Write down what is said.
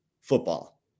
football